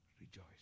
Rejoice